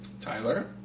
Tyler